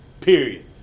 Period